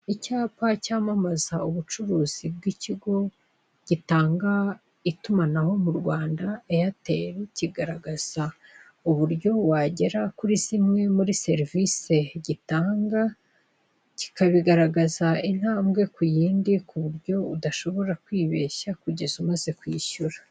Icyapa cyamamaza ubucuruzi bw' ikigo gitanga itumanaho mu Rwanda Airtel, kigaragaza uburyo ubu wagera kuri zimwe muri serivise gitanga, kikabigaragaza intambwe ku yindi kubutyo udashobora kwibeshya kugeza umaze kwishyura.